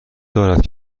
دارد